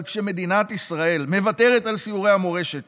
אבל כשמדינת ישראל מוותרת על סיורי המורשת